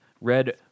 Red